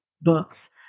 Books